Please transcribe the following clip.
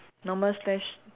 normal slash